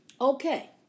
Okay